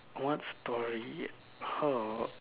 one story !huh!